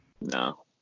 no